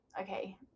Okay